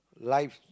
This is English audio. life